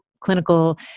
clinical